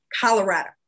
Colorado